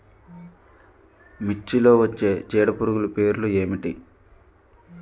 మిర్చిలో వచ్చే చీడపురుగులు పేర్లు ఏమిటి?